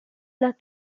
las